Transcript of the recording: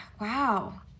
Wow